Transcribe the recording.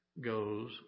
goes